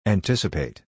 Anticipate